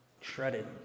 shredded